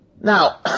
Now